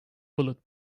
bullet